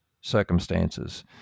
circumstances